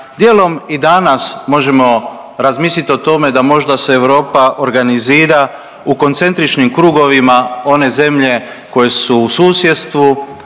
dijelom i danas možemo razmisliti o tome da možda se Europa organizira u koncentričnim krugovima one zemlje koje su u susjedstvu,